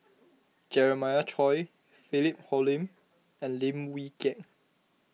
Jeremiah Choy Philip Hoalim and Lim Wee Kiak